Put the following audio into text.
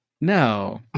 No